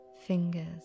fingers